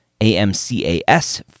AMCAS